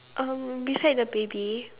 um beside the baby